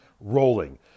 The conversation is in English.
Rolling